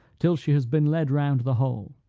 till she has been led round the whole.